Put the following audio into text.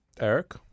Eric